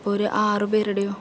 അപ്പോൾ ഒരു ആറു പേരുടെയോ